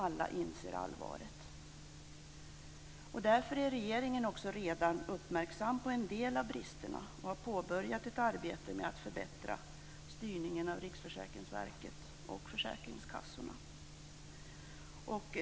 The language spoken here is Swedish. Alla inser allvaret. Därför är regeringen redan uppmärksam på en del av bristerna och har påbörjat ett arbete med att förbättra styrningen av Riksförsäkringsverket och försäkringskassorna.